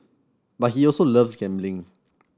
but he also loves gambling